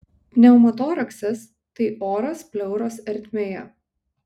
pneumotoraksas tai oras pleuros ertmėje